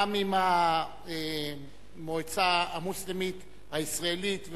גם עם המועצה המוסלמית הישראלית.